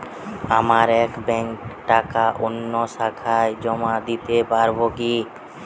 আমার এক ব্যাঙ্কের টাকা অন্য শাখায় জমা দিতে পারব কি?